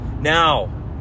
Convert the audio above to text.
Now